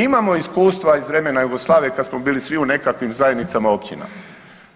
Imamo iskustva iz vremena Jugoslavije kad smo bili svi u nekakvim zajednicama općina